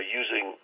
using